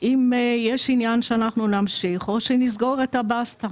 אם יש עניין שאנחנו נמשיך או שנסגור את הבסטה